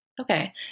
Okay